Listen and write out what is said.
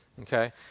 Okay